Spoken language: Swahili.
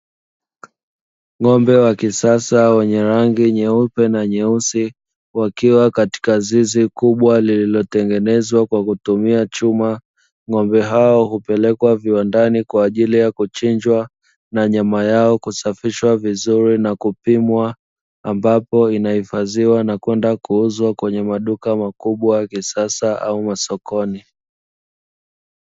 Ng'ombe wa kisasa wenyewe rangi nyeupe na nyeusi wakiwa katika zizi kubwa lililotengenezwa kwa kutumia chuma, Ng'ombe hao hupelekwa viwandani kwaajili ya kuchinjwa na nyama yao kusafishwa vizuri na kupimwa ambapo inahifadhiwa na kwenda kuuzwa kwenye maduka makubwa ya kisasa au masokoni.